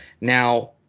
Now